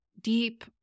deep